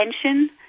attention